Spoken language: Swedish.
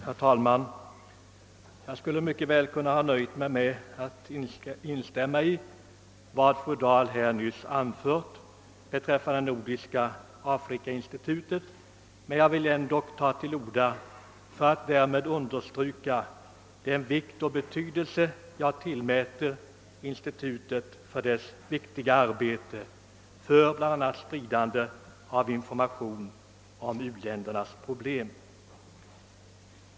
Herr talman! Jag skulle mycket väl ha kunnat nöja mig med att instämma i vad fru Dahl nyss har anfört beräffande Nordiska afrikainstitutet, men jag vill ändock ta till orda för att därmed understryka den vikt och betydelse jag tillmäter institutets arbete för bl.a. spridande av information om u-ländernas problem.